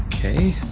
ok